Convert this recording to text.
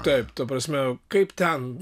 taip ta prasme kaip ten